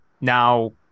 Now